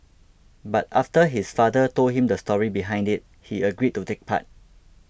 but after his father told him the story behind it he agreed to take part